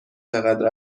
چقدر